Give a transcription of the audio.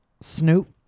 Snoop